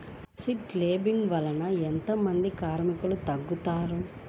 Seed లేంబింగ్ వల్ల ఎంత మంది కార్మికులు తగ్గుతారు?